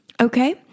okay